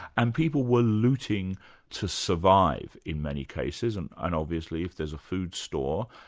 and people were looting to survive, in many cases, and and obviously if there's a food store,